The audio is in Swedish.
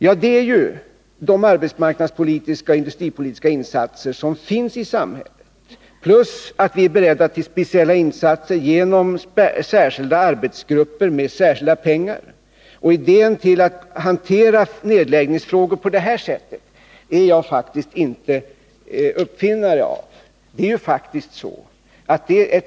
Det blir fråga om de arbetsmarknadspolitiska och industripolitiska insatser som finns i samhället. Dessutom är vi beredda till speciella insatser genom sä kilda arbetsgrupper och med kilda pengar. Och idén till att hantera nedläggningsfrågor på detta sätt är jag inte uppfinnare av.